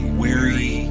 weary